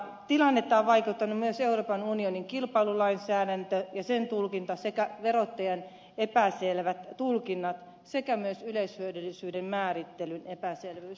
tilannetta on vaikeuttanut myös euroopan unionin kilpailulainsäädäntö ja sen tulkinta sekä verottajan epäselvät tulkinnat sekä myös yleishyödyllisyyden määrittelyn epäselvyys